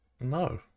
No